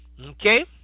Okay